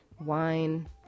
wine